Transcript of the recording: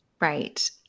Right